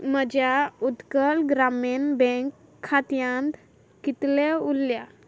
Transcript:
म्हज्या उत्कल ग्रामीन बँक खात्यांत कितले उरल्या